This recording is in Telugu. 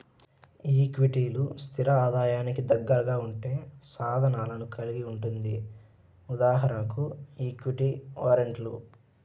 ఈక్విటీలు, స్థిర ఆదాయానికి దగ్గరగా ఉండే సాధనాలను కలిగి ఉంటుంది.ఉదాహరణకు ఈక్విటీ వారెంట్లు